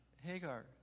Hagar